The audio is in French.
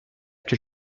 que